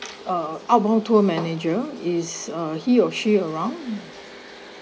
uh outbound tour manager is uh he or she around